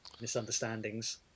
misunderstandings